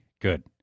Good